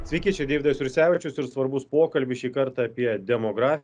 sveiki čia deividas jursevičius ir svarbus pokalbis šį kartą apie demogra